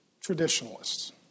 traditionalists